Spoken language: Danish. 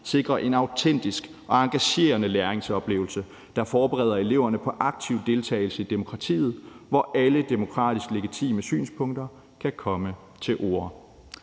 sikrer en autentisk og engagerende læringsoplevelse, der forbereder eleverne på aktiv deltagelse i demokratiet, hvor alle demokratisk legitime synspunkter kan komme til orde.«